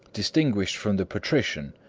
distinguished from the patrician,